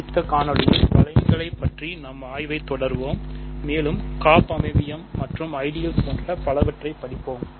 அடுத்த காணொளியில் வளையங்களைப் பற்றிய நம் ஆய்வைத் தொடருவோம் மேலும் காப்பமைவியம் போன்ற பலவற்றைப் படிப்போம்